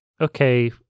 okay